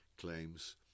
claims